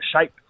shape